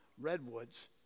redwoods